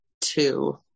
two